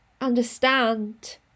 understand